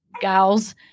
gals